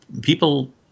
people